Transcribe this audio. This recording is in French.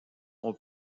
ont